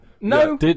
No